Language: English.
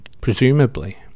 Presumably